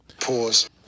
Pause